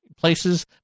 places